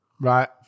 Right